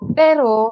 pero